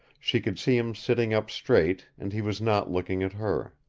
she could see him sitting up straight, and he was not looking at her.